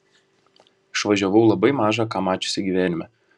išvažiavau labai mažai ką mačiusi gyvenime